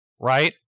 Right